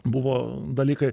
buvo dalykai